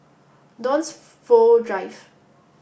Dunsfold Drive